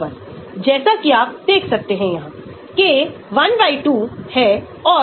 यह दिया गया है n वर्ग 1n वर्ग 2 आणविक भार घनत्व द्वारा